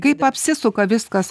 kaip apsisuka viskas